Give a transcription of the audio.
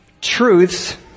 truths